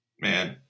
Man